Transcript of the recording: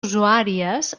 usuàries